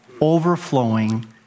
Overflowing